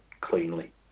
cleanly